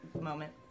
moment